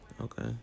Okay